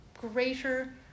greater